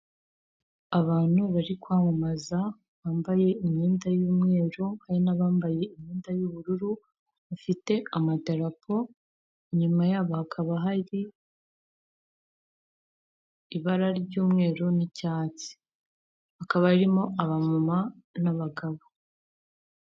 Abantu bari kwamamaza bambaye imyenda y'umweru hari n'abambaye imyenda y'ubururu bafite amadapo, inyuma yabo hakaba hari ibara ry'umweru n'icyatsi, hakaba harimo abamama n'abagabo.